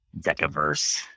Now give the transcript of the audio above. Decaverse